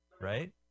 Right